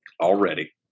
Already